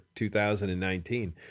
2019